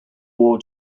war